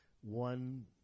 one